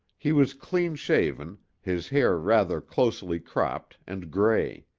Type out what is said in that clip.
he was clean shaven, his hair rather closely cropped and gray.